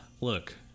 look